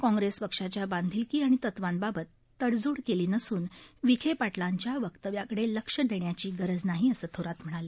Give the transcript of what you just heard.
काँग्रेस पक्षाच्या बांधीलकी आणि तत्वांबाबत तडजोड केली नसून विखे पाटलांच्या वक्त्व्याकडे लक्ष देण्याची गरज नाही असं थोरात म्हणाले